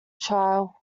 trail